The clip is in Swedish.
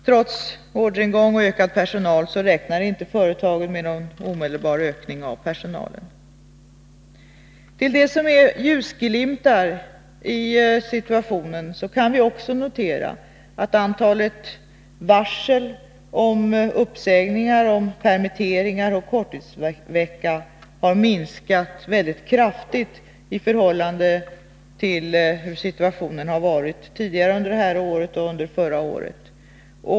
Trots ökningen av orderingången räknar inte företagen med någon omedelbar ökning av personalen. Till situationens ljusglimtar kan också räknas att antalet varsel om uppsägningar och om korttidsvecka har minskat mycket kraftigt jämfört med situationen tidigare under detta år och förra året.